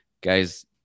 guys